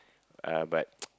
uh but